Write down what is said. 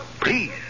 please